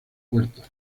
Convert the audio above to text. puertas